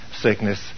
sickness